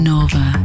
Nova